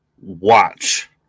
watch